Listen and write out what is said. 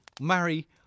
Marry